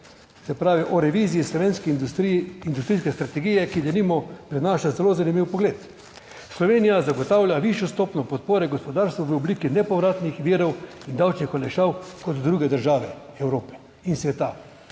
se pravi o reviziji slovenski industriji, industrijske strategije, ki denimo prinaša zelo zanimiv pogled. Slovenija zagotavlja višjo stopnjo podpore gospodarstvu v obliki nepovratnih virov in davčnih olajšav, kot druge države Evrope in sveta.